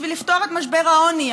בשביל לפתור את משבר העוני,